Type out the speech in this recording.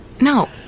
No